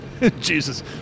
Jesus